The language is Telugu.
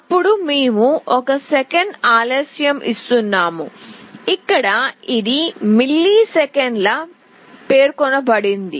అప్పుడు మేము ఒక సెకను ఆలస్యం ఇస్తున్నాము ఇక్కడ ఇది మిల్లీసెకన్లో పేర్కొనబడింది